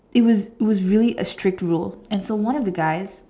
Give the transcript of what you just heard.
it was it was really a strict rule and so one of the guys